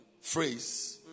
phrase